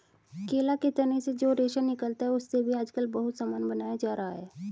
केला के तना से जो रेशा निकलता है, उससे भी आजकल बहुत सामान बनाया जा रहा है